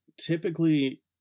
typically